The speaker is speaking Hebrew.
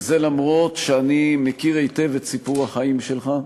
וזה אף-על-פי שאני מכיר היטב את סיפור החיים שלך,